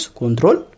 control